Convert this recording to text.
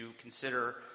consider